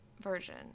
version